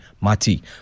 Mati